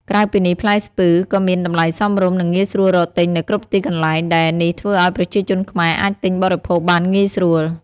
ក្រៅពីនេះ ផ្លែស្ពឺក៏មានតម្លៃសមរម្យ និងងាយស្រួលរកទិញនៅគ្រប់ទីកន្លែង ដែលនេះធ្វើឱ្យប្រជាជនខ្មែរអាចទិញបរិភោគបានងាយស្រួល។